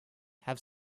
have